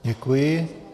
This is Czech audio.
Děkuji.